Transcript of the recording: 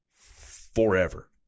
forever